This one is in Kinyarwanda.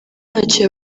ntacyo